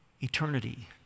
Eternity